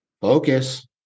Focus